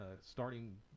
starting